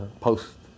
post